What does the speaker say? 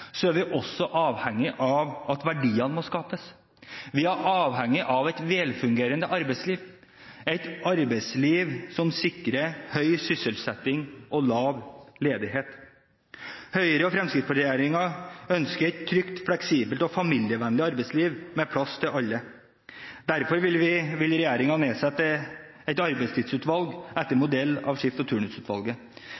er vi også avhengig av at verdiene skapes. Vi er avhengig av et velfungerende arbeidsliv, et arbeidsliv som sikrer høy sysselsetting og lav ledighet. Høyre–Fremskrittsparti-regjeringen ønsker et trygt, fleksibelt og familievennlig arbeidsliv med plass til alle. Derfor vil regjeringen nedsette et arbeidstidsutvalg etter